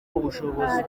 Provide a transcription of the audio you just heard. ubushobozi